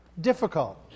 difficult